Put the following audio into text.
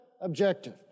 objective